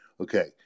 okay